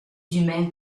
humains